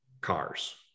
cars